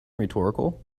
rhetorical